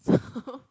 so